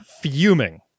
fuming